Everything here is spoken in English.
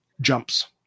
jumps